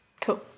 Cool